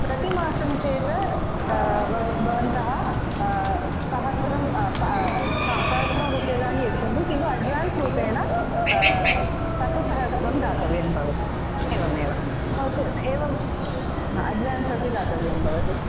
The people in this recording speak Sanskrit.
प्रतिमासं चेत् भवन्तः भवन्तः सहस्रं सहस्रं रूप्यकाणि यच्छन्तु किन्तु अड्वान्स् रूपेण चतुस्सहस्रं दातव्यं भवति एवमेव नो चेत् एवं न अड्वान्स् अपि दातव्यं भवति